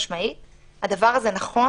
הדבר הזה נכון